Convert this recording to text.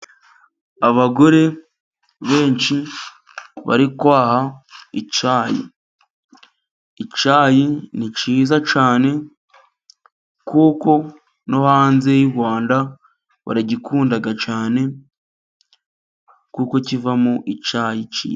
Abagore benshi bari kwaha icyayi, icyayi ni cyiza cyane, kuko no hanze y'u Rwanda baragikunda cyane ,kuko kivamo icyayi cyiza.